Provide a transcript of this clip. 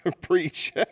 preach